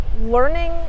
learning